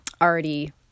already